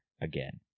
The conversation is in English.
again